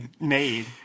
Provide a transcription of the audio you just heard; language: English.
made